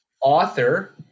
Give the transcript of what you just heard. author